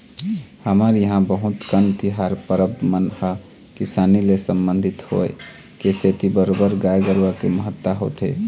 हमर इहाँ बहुत कन तिहार परब मन ह किसानी ले संबंधित होय के सेती बरोबर गाय गरुवा के महत्ता होथे